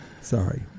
Sorry